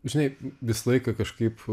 žinai visą laiką kažkaip